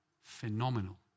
phenomenal